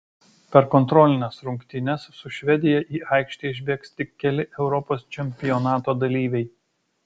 per kontrolines rungtynes su švedija į aikštę išbėgs tik keli europos čempionato dalyviai